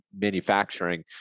manufacturing